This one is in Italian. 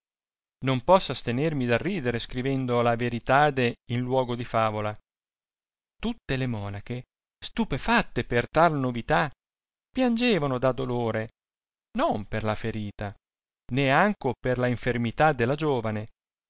non posso astenermi dal ridere scrivendo la veritade in luogo di favola tutte le monache stupefatte per tal novità piangevano da dolore non per la ferita né anco per la infermità della giovane